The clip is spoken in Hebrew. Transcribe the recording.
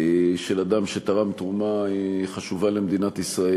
של אדם שתרם תרומה חשובה למדינת ישראל,